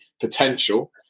potential